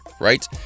right